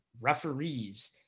referees